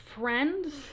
friends